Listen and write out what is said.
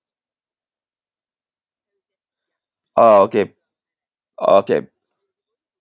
ah okay okay